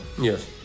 Yes